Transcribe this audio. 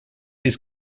his